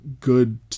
good